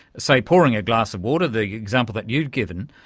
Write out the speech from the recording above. say pouring a glass of water, the example that you've given,